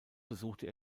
besuchte